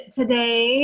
today